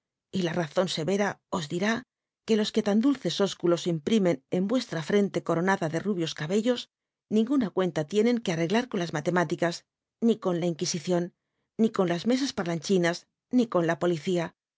y la rar on l'c'cnl o tlirá qne los que tan dulc ósculos imprimen en uc tra fleute coronada de rubio cabello ning una cuenta tienen que arreglar con la matemútira ui cou la inq u i icion ni con m nw a h'lanchinns ni con la policía